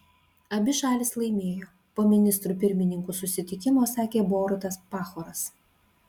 abi šalys laimėjo po ministrų pirmininkų susitikimo sakė borutas pahoras